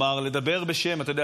אתה יודע,